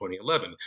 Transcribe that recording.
2011